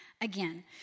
Again